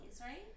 right